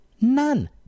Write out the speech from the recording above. None